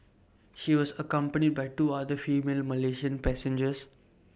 she was accompanied by two other female Malaysian passengers